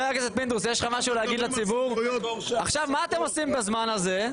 מה אתם עושים בזמן הזה?